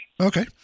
Okay